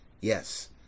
Yes